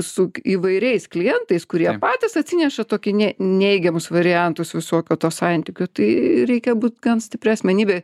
su k įvairiais klientais kurie patys atsineša tokį ne neigiamus variantus visokio to santykių tai reikia būt gan stipri asmenybė